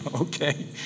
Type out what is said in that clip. okay